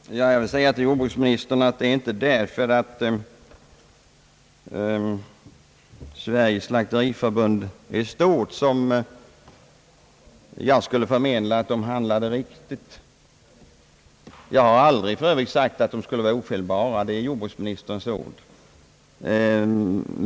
Herr talman! Jag vill säga till jordbruksministern att det är inte därför att Sveriges slakteriförbund är stort som jag skulle förmena att det handlade riktigt. Jag har för övrigt aldrig sagt att förbundet är ofelbart. Det är jordbruksministerns ord.